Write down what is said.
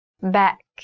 back